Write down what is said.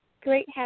Great